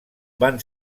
van